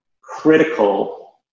critical